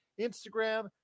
Instagram